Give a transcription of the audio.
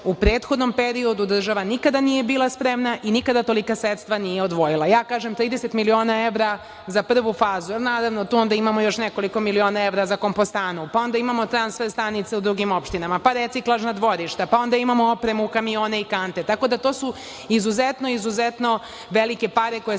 u prethodnom periodu država nikada nije bila spremna i nikada tolika sredstva nije odvojila. Kažem, 30 miliona evra za prvu fazu. Naravno, tu onda imamo još nekoliko miliona evra za kompostanu, pa onda imamo transfer stanice u drugim opštinama, pa reciklažna dvorišta, pa onda imamo opremu, kamione i kante. Tako da, to su izuzetno, izuzetno velike pare koje